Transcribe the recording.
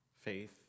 faith